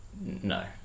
No